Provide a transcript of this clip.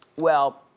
well,